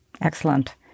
Excellent